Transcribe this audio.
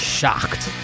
shocked